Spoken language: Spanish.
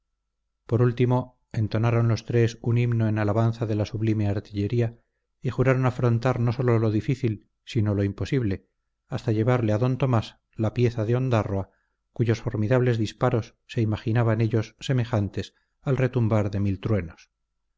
por último entonaron los tres un himno en alabanza de la sublime artillería y juraron afrontar no sólo lo difícil sino lo imposible hasta llevarle a d tomás la pieza de ondárroa cuyos formidables disparos se imaginaban ellos semejantes al retumbar de mil truenos